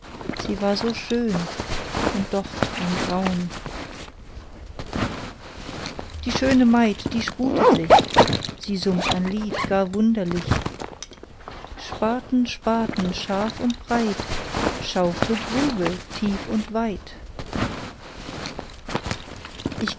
sie war so schön und doch ein graun die schöne maid die sputet sich sie summt ein lied gar wunderlich spaten spaten scharf und breit schaufle grube tief und weit